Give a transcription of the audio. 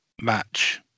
match